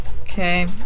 Okay